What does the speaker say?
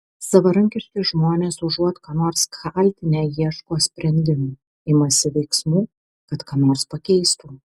savarankiški žmonės užuot ką nors kaltinę ieško sprendimų imasi veiksmų kad ką nors pakeistų